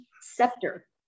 scepter